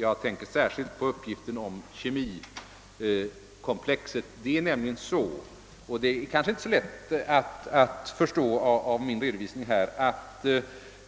Jag tänker då särskilt på uppgiften om kemikomplexet. Det är nämligen så — och det var det kanske inte så lätt att förstå av min redovisning — att